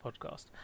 podcast